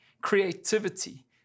creativity